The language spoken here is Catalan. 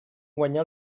guanyà